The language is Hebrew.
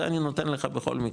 זה אני נותן לך בכל מקרה,